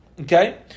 Okay